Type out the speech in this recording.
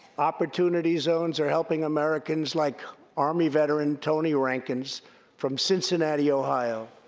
opportunity zones are helping americans like army veteran tony rankins from cincinnati, ohio.